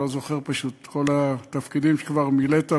אני לא זוכר פשוט את כל התפקידים שכבר מילאת,